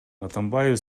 атамбаев